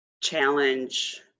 challenge